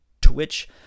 twitch